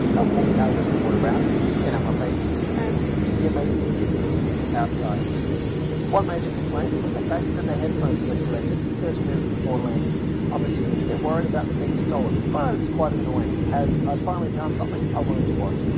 a warm towel was bought around to clean up my face and the amazing view continued outside one major complaint was the fact that their headphones were collected thirty minutes before landing i'm assuming they're worried about them being stolen, but it's quite annoying as i'd finally found something i wanted to watch.